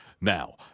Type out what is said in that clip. Now